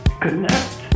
connect